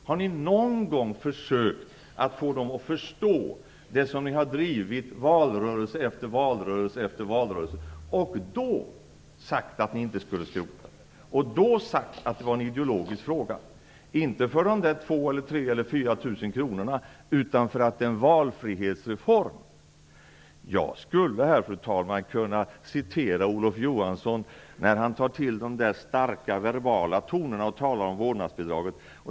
Har ni någon gång försökt få dem att förstå det som ni har drivit i valrörelse efter valrörelse, som ni då har sagt att ni inte skulle skrota och att det var en ideologisk fråga? Det berodde inte på de 2 000, 3 000 eller 4 000 kronorna, utan på att det var en valfrihetsreform. Jag skulle kunna citera Olof Johansson när han tar till de starka verbala tonerna och talar om vårdnadsbidraget.